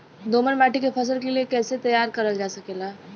दोमट माटी के फसल के लिए कैसे तैयार करल जा सकेला?